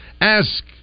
ask